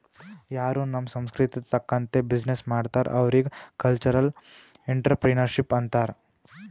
ಯಾರೂ ನಮ್ ಸಂಸ್ಕೃತಿ ತಕಂತ್ತೆ ಬಿಸಿನ್ನೆಸ್ ಮಾಡ್ತಾರ್ ಅವ್ರಿಗ ಕಲ್ಚರಲ್ ಇಂಟ್ರಪ್ರಿನರ್ಶಿಪ್ ಅಂತಾರ್